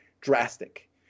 drastic